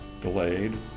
delayed